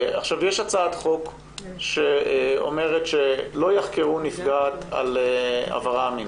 עכשיו יש הצעת חוק שאומרת שלא יחקרו נפגעת על העברה המיני.